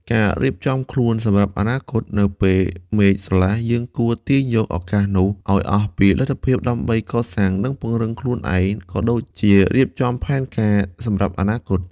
ការរៀបចំខ្លួនសម្រាប់អនាគត នៅពេលមេឃស្រឡះ យើងគួរទាញយកឱកាសនោះឲ្យអស់ពីលទ្ធភាព ដើម្បីកសាង និងពង្រឹងខ្លួនឯង ក៏ដូចជារៀបចំផែនការសម្រាប់អនាគត។